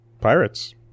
pirates